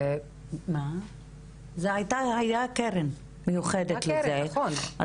היתה קרן מיוחדת לזה אז